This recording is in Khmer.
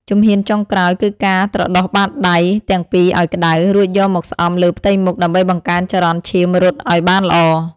ជំហានចុងក្រោយគឺការត្រដុសបាតដៃទាំងពីរឱ្យក្ដៅ រួចយកមកស្អំលើផ្ទៃមុខ ដើម្បីបង្កើនចរន្តឈាមរត់ឱ្យបានល្អ។